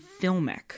filmic